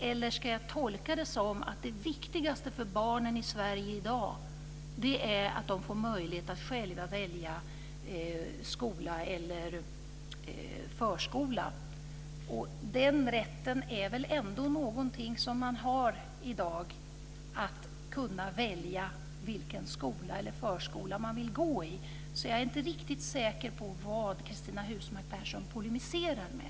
Eller ska jag tolka det så att det viktigaste för barnen i Sverige i dag är att de får möjlighet att själva välja skola eller förskola? Rätten att välja vilken skola eller förskola man vill gå i har man väl redan i dag. Jag är inte riktigt säker på vad Cristina Husmark Pehrsson polemiserar mot.